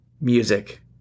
music